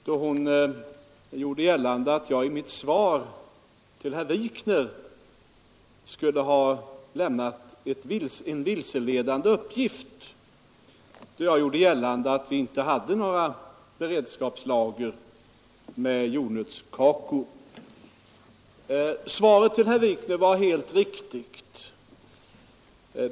Fru Anér gjorde gällande att jag i ett svar till herr Wikner skulle ha lämnat en vilseledande uppgift, då jag hävdade att vi inte hade några beredskapslager av jordnötskakor. Men svaret till herr Wikner var helt riktigt.